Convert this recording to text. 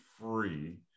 free